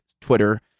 Twitter